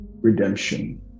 redemption